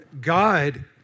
God